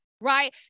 right